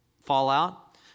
fallout